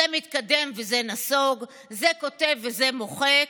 זה מתקדם וזה נסוג, זה כותב וזה מוחק.